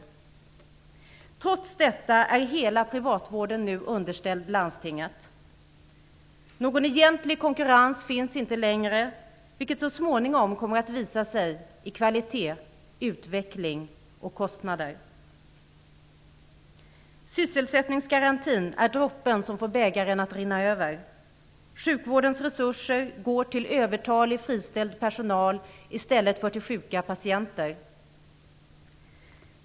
Trots detta är hela privatvården nu underställd landstinget. Någon egentlig konkurrens finns inte längre, vilket så småningom kommer att visa sig i kvalitet, utveckling och kostnader. Sysselsättningsgarantin är droppen som får bägaren att rinna över. Sjukvårdens resurser går till övertalig, friställd personal i stället för till sjuka patienter.